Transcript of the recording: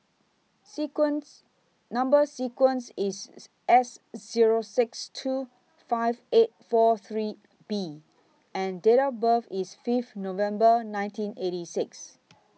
sequence Number sequence IS S Zero six two five eight four three B and Date of birth IS five November nineteen eighty six